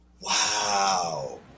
Wow